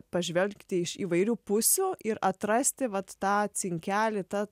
pažvelgti iš įvairių pusių ir atrasti vat tą cinkelį ta